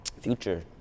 Future